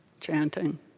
chanting